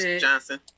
Johnson